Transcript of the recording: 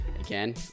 Again